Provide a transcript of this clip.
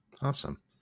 Awesome